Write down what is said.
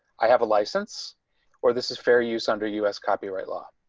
i have a license or this is fair use under us copyright law.